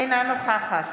אינה נוכחת